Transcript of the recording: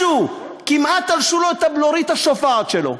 משהו, כמעט תלשו לו את הבלורית השופעת שלו.